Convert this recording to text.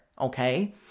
Okay